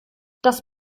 dass